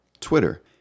Twitter